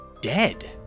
dead